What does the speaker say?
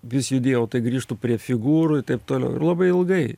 vis judėjau tai grįžtu prie figūrų taip toliau ir labai ilgai